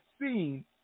seen